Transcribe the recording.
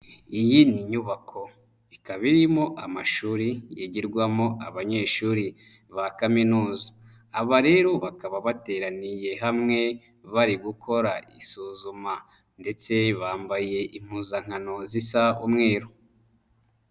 Iyi ni inyubako ikaba irimo amashuri yigirwamo abanyeshuri ba kaminuza, aba rero bakaba bateraniye hamwe bari gukora isuzuma ndetse bambaye impuzankano zisa umweru.